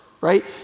right